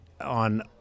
on